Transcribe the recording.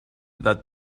that